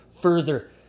further